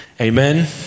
Amen